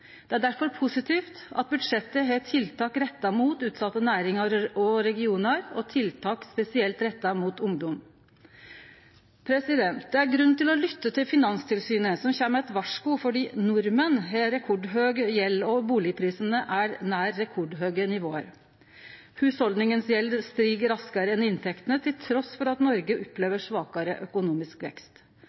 Det er difor positivt at budsjettet har tiltak retta mot utsette næringar og regionar og tiltak spesielt retta mot ungdom. Det er grunn til lytte til Finanstilsynet som kjem med eit varsku fordi nordmenn har rekordhøg gjeld og bustadprisane er nær rekordhøgt nivå. Hushalda si gjeld stig raskare enn inntektene, trass i at Noreg opplever svakare økonomisk vekst.